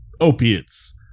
opiates